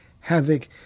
havoc